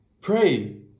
Pray